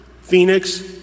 Phoenix